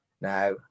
Now